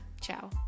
Ciao